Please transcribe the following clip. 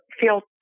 feel